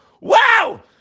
Wow